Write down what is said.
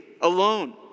alone